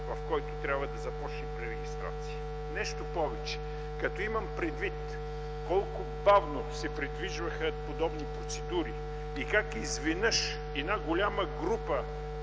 в който трябва да започне пререгистрация. Нещо повече, като имам предвид колко бавно се придвижваха подобни процедури и как изведнъж на една голяма група